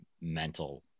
mental